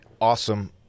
awesome